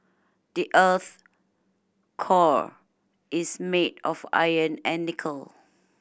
the earth's core is made of iron and nickel